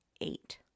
eight